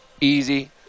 easy